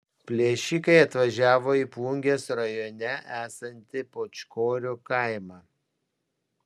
plėšikai atvažiavo į plungės rajone esantį pūčkorių kaimą